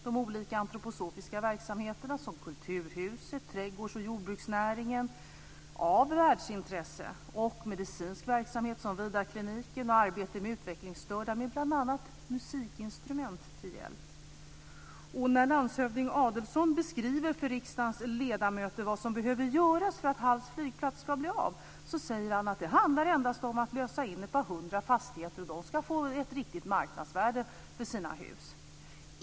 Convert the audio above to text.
De olika antroposofiska verksamheterna som Kulturhuset, trädgårds och jordbruksnäringen är av världsintresse liksom medicinsk verksamhet som Vidarkliniken och arbete med utvecklingsstörda med bl.a. musikinstrument till hjälp. När landshövding Adelsohn beskriver för riksdagens ledamöter vad som behöver göras för att Halls flygplats ska bli av, säger han att det endast handlar om att lösa in ett par hundra fastigheter och att ägarna ska få betalt enligt ett riktigt marknadsvärde för sina hus.